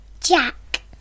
Jack